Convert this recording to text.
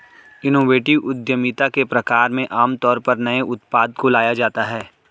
innovative उद्यमिता के प्रकार में आमतौर पर नए उत्पाद को लाया जाता है